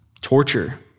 torture